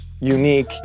Unique